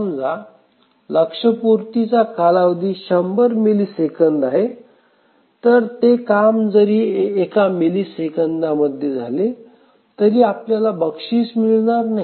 समजा लक्ष्यपूर्तीचा कालावधी 100 मिली सेकंड आहे तर ते काम जरी एका मिली सेकंदामध्ये झाले तरी आपल्याला बक्षीस मिळणार नाही